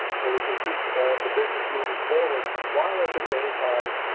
so we can keep the business moving forward. while at the same time,